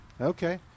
Okay